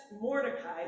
Mordecai